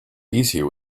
easier